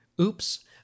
Oops